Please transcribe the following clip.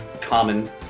common